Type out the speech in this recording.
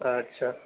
اچھا